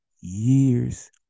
years